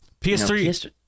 PS3